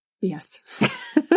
Yes